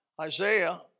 Isaiah